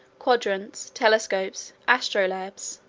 quadrants, telescopes, astrolabes,